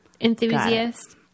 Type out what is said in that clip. enthusiast